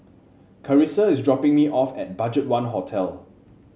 Karissa is dropping me off at BudgetOne Hotel